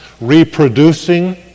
reproducing